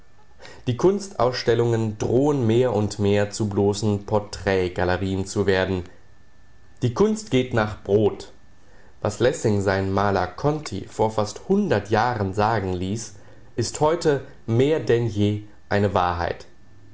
die kunstausstellungen drohen mehr und mehr zu bloßen porträt galerien zu werden die kunst geht nach brot was lessing seinen maler conti vor fast hundert jahren sagen ließ ist heut mehr denn je eine wahrheit